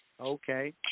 Okay